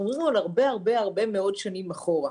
אנחנו מדברים על הרבה מאוד שנים אחורה,